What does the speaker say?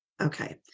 Okay